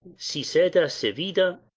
si sera servida,